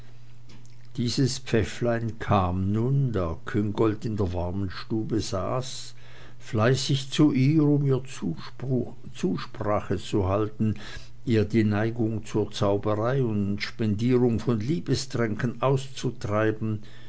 dieses pfäfflein kam nun da küngolt in der warmen stube saß fleißig zu ihr um ihr zusprache zu halten ihr die neigung zur zauberei und spendierung von liebestränken auszutreiben